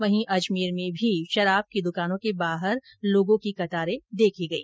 वहीं अजमेर में भी शराब की दुकानों के बाहर लोगों की कतारे देखी गई